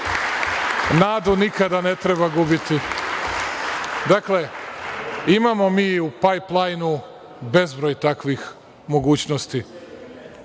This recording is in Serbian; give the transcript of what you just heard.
nadu nikada ne treba gubiti. Dakle, imamo mi i u pajplajnu bezbroj takvih mogućnosti.